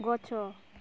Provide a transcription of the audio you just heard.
ଗଛ